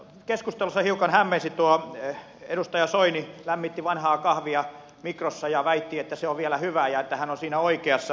tässä keskustelussa hiukan hämmensi tuo kun edustaja soini lämmitti vanhaa kahvia mikrossa ja väitti että se on vielä hyvää ja että hän on siinä oikeassa